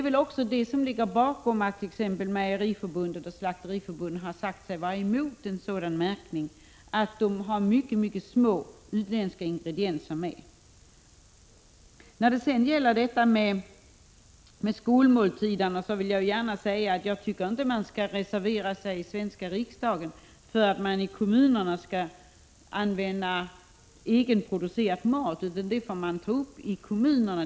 Anledningen tillatt Mejeriförbundet och Slakteriförbundet har sagt sig vara emot en sådan märkning är förmodligen att mejeriernas och slakteriernas produkter innehåller små utländska ingredienser. Jag tycker inte att man i Sveriges riksdag skall reservera sig för att kommunerna skall använda svenskproducerade produkter i skolmaten.